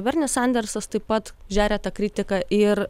bernis sandersas taip pat žeria tą kritiką ir